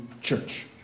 church